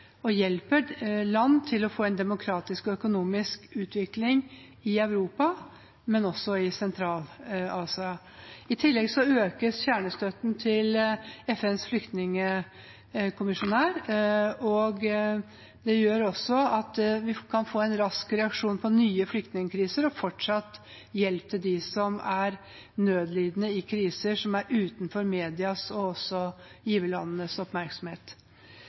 vi hjelper land til å få en demokratisk og økonomisk utvikling i Europa og i Sentral-Asia. I tillegg økes kjernestøtten til FNs flyktningkommissær. Det gjør at vi kan få en rask reaksjon når det gjelder nye flyktningkriser, og fortsatt gi hjelp til dem som er nødlidende i kriser som er utenfor medias og også giverlandenes oppmerksomhet.